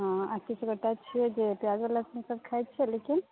हँ किछु गोटे सभ छियै जे प्याजो लहसुन सभ खाय छियै जलेकिन